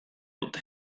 dute